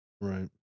Right